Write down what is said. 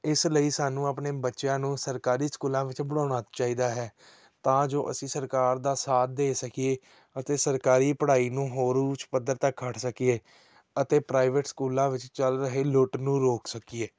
ਇਸ ਲਈ ਸਾਨੂੰ ਆਪਣੇ ਬੱਚਿਆਂ ਨੂੰ ਸਰਕਾਰੀ ਸਕੂਲਾਂ ਵਿੱਚ ਪੜ੍ਹਾਉਣਾ ਚਾਹੀਦਾ ਹੈ ਤਾਂ ਜੋ ਅਸੀਂ ਸਰਕਾਰ ਦਾ ਸਾਥ ਦੇ ਸਕੀਏ ਅਤੇ ਸਰਕਾਰੀ ਪੜ੍ਹਾਈ ਨੂੰ ਹੋਰ ਉੱਚ ਪੱਧਰ ਤੱਕ ਖਟ ਸਕੀਏ ਅਤੇ ਪ੍ਰਾਈਵੇਟ ਸਕੂਲਾਂ ਵਿੱਚ ਚੱਲ ਰਹੇ ਲੁੱਟ ਨੂੰ ਰੋਕ ਸਕੀਏ